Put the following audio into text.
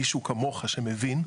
מישהו כמוך שמבין,